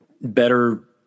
better